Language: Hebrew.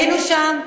היינו שם.